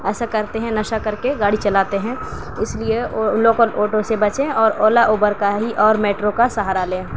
ایسا کرتے ہیں نشہ کر کے گاڑی چلاتے ہیں اس لیے لوکل آٹو سے بچیں اور اولا اوبر کا ہی اور میٹرو کا سہارا لیں